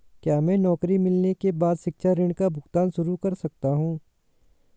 क्या मैं नौकरी मिलने के बाद शिक्षा ऋण का भुगतान शुरू कर सकता हूँ?